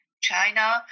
China